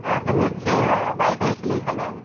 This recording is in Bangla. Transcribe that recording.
আমার তো মনে হচ্ছে বাইরে থেকে খেলেই ভালো হবে